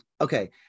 okay